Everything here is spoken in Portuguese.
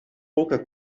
pouca